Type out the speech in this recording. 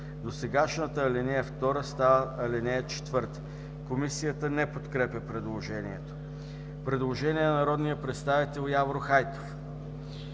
Досегашната ал. 2 става ал. 4.“ Комисията не подкрепя предложението. Предложение на народния представител Явор Хайтов,